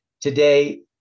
today